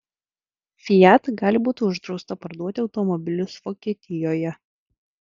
fiat gali būti uždrausta parduoti automobilius vokietijoje